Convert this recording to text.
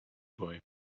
boy